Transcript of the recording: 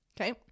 Okay